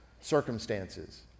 circumstances